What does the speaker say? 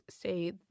say